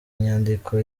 nyandiko